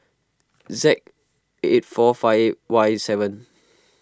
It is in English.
Z eight four five Y seven